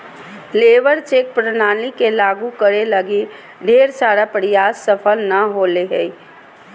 labour check प्रणाली के लागु करे लगी ढेर सारा प्रयास सफल नय होले हें